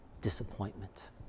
disappointment